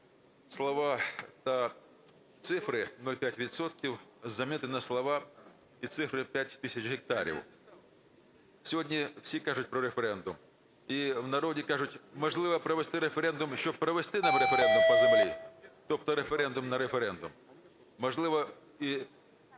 слова та цифри "0,5 відсотка" замінити на слова і цифри "5 тисяч гектарів". Сьогодні всі кажуть про референдум, і в народі кажуть: можливо провести референдум, щоб провести нам референдум по землі. Тобто референдум на референдум. Можливо, і